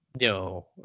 no